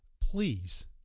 Please